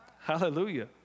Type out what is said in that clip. Hallelujah